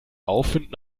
aufwind